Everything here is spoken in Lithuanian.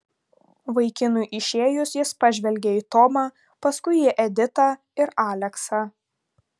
vaikinui išėjus jis pažvelgė į tomą paskui į editą ir aleksą